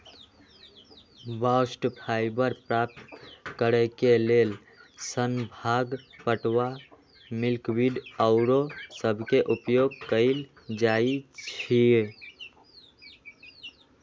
bast fibre प्राप्त करेके लेल सन, भांग, पटूआ, मिल्कवीड आउरो सभके उपयोग कएल जाइ छइ